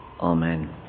Amen